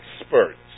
experts